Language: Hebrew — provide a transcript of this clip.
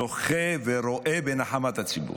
זוכה ורואה בנחמות ציבור".